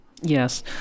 yes